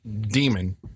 demon